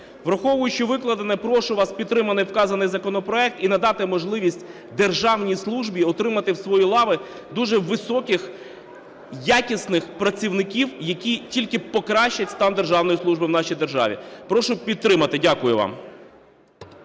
Враховуючи викладене, прошу вас підтримати вказаний законопроект і надати можливість державній службі отримати в свої лави дуже високоякісних працівників, які тільки покращать стан державної служби в нашій державі. Прошу підтримати. Дякую вам.